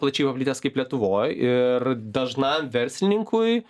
plačiai paplitęs kaip lietuvoj ir dažnam verslininkui